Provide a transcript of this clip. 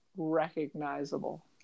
recognizable